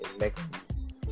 Megan's